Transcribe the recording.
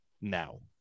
now